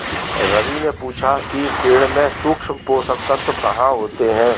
रवि ने पूछा कि पेड़ में सूक्ष्म पोषक तत्व कहाँ होते हैं?